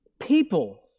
people